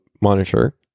monitor